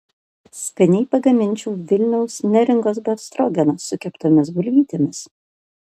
skaniai pagaminčiau vilniaus neringos befstrogeną su keptomis bulvytėmis